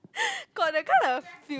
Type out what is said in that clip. got that kind of feel